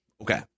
okay